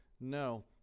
No